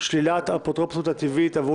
(תיקון - שלילת האפוטרופסות הטבעית עבור